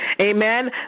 amen